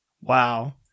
Wow